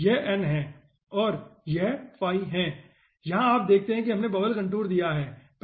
यह n है और यह फाई है और यहां आप देखते हैं कि हमने बबल कंटूर दिया है